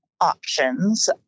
options